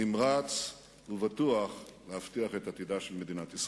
נמרץ ובטוח להבטיח את עתידה של מדינת ישראל.